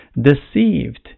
deceived